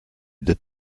did